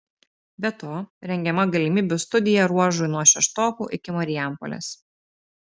be to rengiama galimybių studija ruožui nuo šeštokų iki marijampolės